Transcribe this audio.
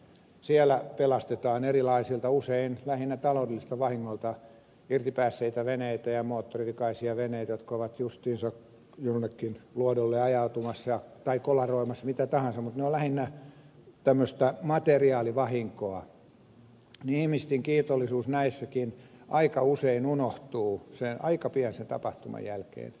siellä pelastetaan erilaisilta usein lähinnä taloudellisilta vahingoilta irtipäässeitä veneitä ja moottorivikaisia veneitä jotka ovat justiinsa jollekin luodolle ajautumassa tai kolaroimassa mitä tahansa mutta ne ovat lähinnä tämmöistä materiaalivahinkoa ja ihmisten kiitollisuus näissäkin aika usein unohtuu aika pian sen tapahtuman jälkeen